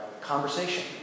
conversation